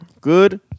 good